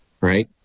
right